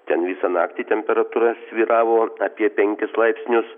ten visą naktį temperatūra svyravo apie penkis laipsnius